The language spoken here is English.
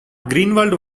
greenwald